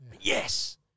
Yes